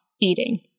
eating